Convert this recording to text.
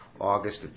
August